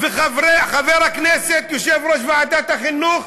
וחבר הכנסת, יושב-ראש ועדת החינוך,